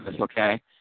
okay